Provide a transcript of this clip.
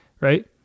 right